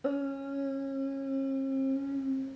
mm